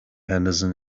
henderson